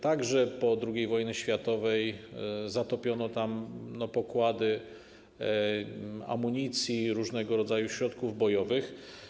Także po II wojnie światowej zatopiono tam pokłady amunicji i różnego rodzaju środków bojowych.